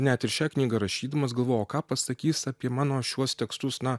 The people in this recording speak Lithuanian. net ir šią knygą rašydamas galvojau o ką pasakys apie mano šiuos tekstus na